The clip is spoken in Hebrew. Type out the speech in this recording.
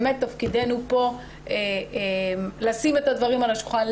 באמת תפקידנו פה לשים את הדברים על השולחן,